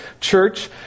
church